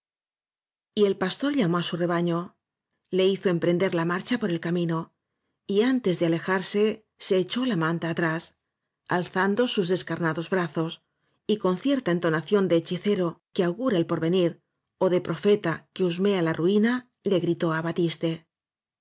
el pastor llamo á su rebaño le hizo em prender la marcha por el camino y antes de alejarse se echó la manta atrás al zando sus des carnados brazos y con cierta entonación de hechicero que au jüír guraelporvenir ó de profeta que husmea la ruina le gritó r á batiste